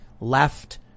left